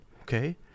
okay